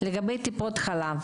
לגבי טיפות החלב: